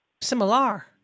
Similar